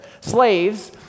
slaves